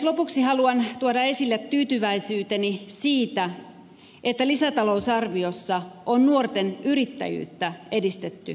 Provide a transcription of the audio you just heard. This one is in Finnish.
lopuksi haluan tuoda esille tyytyväisyyteni siitä että lisätalousarviossa on nuorten yrittäjyyttä edistetty monin tavoin